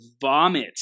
vomit